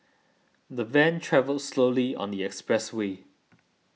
the van travelled slowly on the expressway